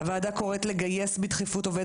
הוועדה קוראת לגייס בדחיפות עובד